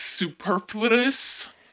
superfluous